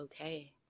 okay